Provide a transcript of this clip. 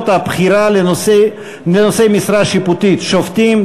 הבחירה לנושאי משרה שיפוטית: שופטים,